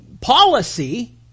policy